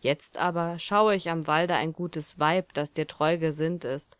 jetzt aber schaue ich am walde ein gutes weib das dir treu gesinnt ist